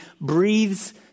breathes